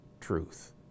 truth